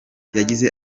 yagize